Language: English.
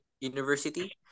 University